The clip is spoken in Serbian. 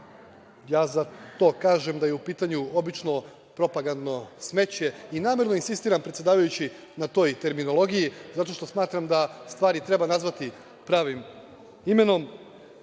ja za to kažem da je u pitanju obično propagandno smeće. Namerno insistiram predsedavajući na toj terminologiji, zato što smatram da stvari treba nazvati pravim imenom. Možemo